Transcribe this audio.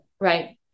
right